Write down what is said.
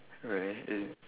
grey is